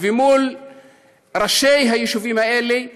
ועם ראשי היישובים האלה,